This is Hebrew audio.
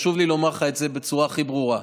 חשוב לי לומר לך את זה בצורה הכי ברורה: